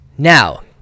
Now